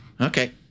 Okay